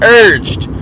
urged